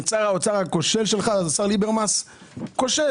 שר האוצר הכושל שלך, השר ליברמס, כושל.